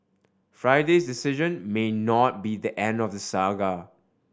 Friday's decision may not be the end of the saga